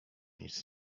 nic